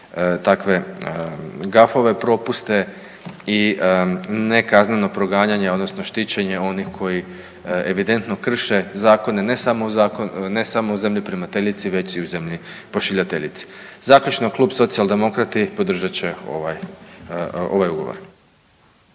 takve gafove, propuste i ne kazneno proganjanje odnosno štićenje onih koji evidentno krše zakone ne samo u zemlji primateljici, već i u zemlji pošiljateljici. Zaključno, Klub Socijaldemokrati podržat će ovaj Ugovor.